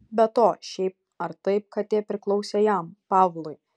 be to šiaip ar taip katė priklausė jam pavlui